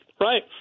Right